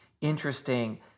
interesting